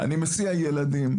אני מסיע ילדים,